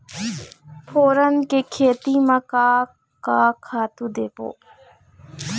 फोरन के खेती म का का खातू देबो?